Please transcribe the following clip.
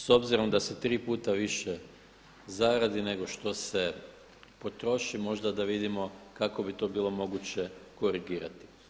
S obzirom da se tri puta više zaradi nego što se potroši, možda da vidimo kako bi to bilo moguće korigirati.